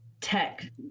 tech